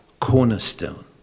cornerstone